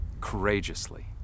courageously